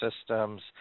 systems